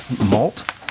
malt